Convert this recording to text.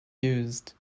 used